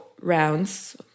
rounds